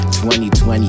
2020